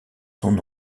son